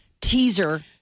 teaser